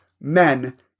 men